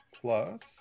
plus